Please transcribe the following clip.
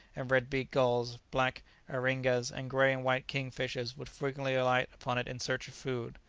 and red-beaked gulls, black arringhas and grey and white kingfishers would frequently alight upon it in search of food.